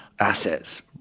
assets